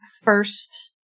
first